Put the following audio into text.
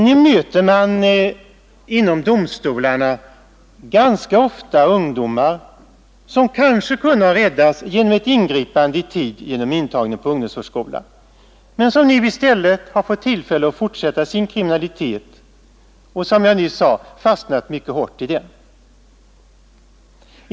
Nu möter man i domstolarna ganska ofta ungdomar som kanske kunnat räddas med ett ingripande i tid genom intagning på ungdomsvårdsskola men som i stället fått tillfälle att fortsätta sin kriminalitet och, som jag nyss sade, fastnat mycket hårt i den.